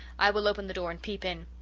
i will open the door and peep in.